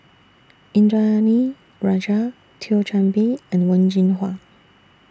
Indranee Rajah Thio Chan Bee and Wen Jinhua